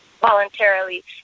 voluntarily